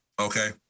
Okay